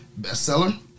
bestseller